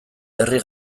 herri